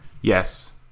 yes